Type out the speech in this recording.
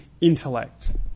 intellect